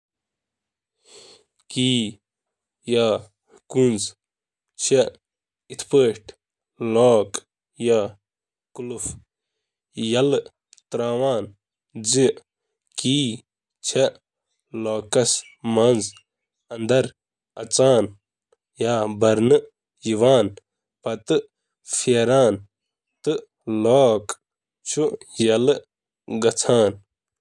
تالس اندر چُھ اکھ سلنڈر- سُہ حصہٕ یُس تمہٕ وقتہٕ حرکت چُھ کران ییلہٕ تُہۍ پنٕنۍ کی چِھو تھاوان تہٕ اتھ پھیرٲو۔ کلید ہیٚکہِ تَمہِ وِزِ پھیرِتھ ییٚلہِ امِچہِ تمام وادِیہِ تُہنٛدِس مخصوٗص تالہِ خٲطرٕ صحیح سرٛنٮ۪ر آسہِ۔